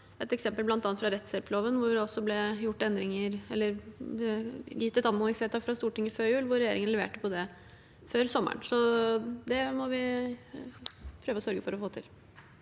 et eksempel fra rettshjelploven hvor det ble gjort et anmodningsvedtak av Stortinget før jul og regjeringen leverte på det før sommeren. Så det må vi prøve å sørge for å få til.